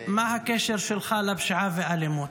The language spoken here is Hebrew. מה הקשר שלך לפשיעה ואלימות.